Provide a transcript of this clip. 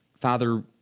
Father